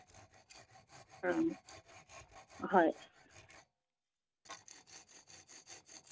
ꯍꯣꯏ ꯑꯗꯨꯃꯥꯏꯅ ꯑꯃ ꯁꯤꯟꯂ ꯂꯣꯏꯔꯦ ꯍꯟꯗꯛ ꯂꯥꯛꯂꯤꯕ ꯁꯟꯗꯦꯁꯤꯗ ꯑꯗꯨꯝ ꯁꯪꯒꯗ꯭ꯔꯣ